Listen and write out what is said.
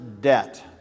debt